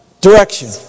direction